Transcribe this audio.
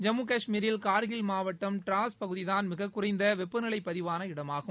ஜம்மு கஷ்மீரில் கார்கில் மாவட்டம் ட்ராஸ் பகுதிதான் மிகக்குறைந்தவெப்பநிலையதிவான இடமாகும்